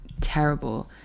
terrible